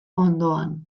ondoan